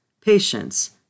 patience